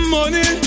Money